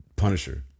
punisher